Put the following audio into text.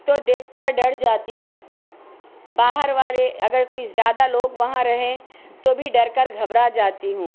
تو دیکھ کر ڈر جاتی ہوں باہر والے اگر کوئی زیادہ لوگ وہاں رہیں تو بھی ڈر کر گھبرا جاتی ہوں